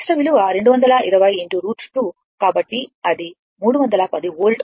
కాబట్టి ఇది 310 వోల్ట్లు అవుతుంది